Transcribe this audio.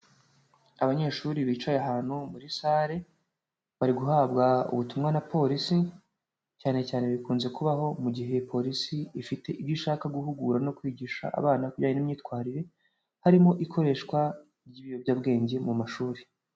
Abanyeshuri bicaye ahantu muri sale bari guhabwa ubutumwa na polisi cyane cyane bikunze kubaho mu gihe polisi ifite ibyo ishaka guhugura no kwigisha abana kubijyanye n'imyitwarire, harimo ikoreshwa ry'ibiyobyabwenge mu mashuri.